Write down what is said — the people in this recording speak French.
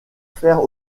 faire